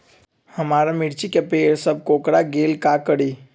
हमारा मिर्ची के पेड़ सब कोकरा गेल का करी?